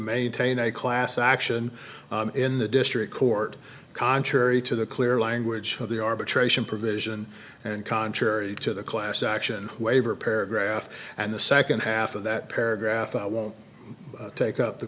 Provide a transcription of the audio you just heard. maintain a class action in the district court contrary to the clear language of the arbitration provision and contrary to the class action waiver paragraph and the second half of that paragraph i won't take up the